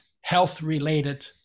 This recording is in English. health-related